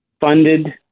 funded